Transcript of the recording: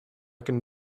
can